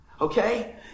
okay